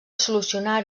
solucionar